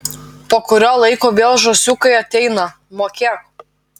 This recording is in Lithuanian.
po kurio laiko vėl žąsiukai ateina mokėk